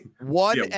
one